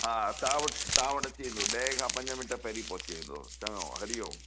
हा तव्हां वटि तव्हां वटि अची वेंदो ॾहें खां पंजे मिंट पहिरीं पहुची वेंदो चङो हरि ओम